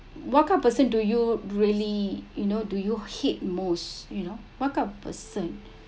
what kind of person do you really you know do you hate most you know what kind of person